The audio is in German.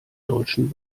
deutschen